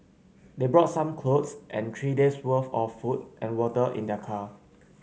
they brought some clothes and three days' worth of food and water in their car